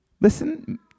Listen